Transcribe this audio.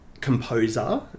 composer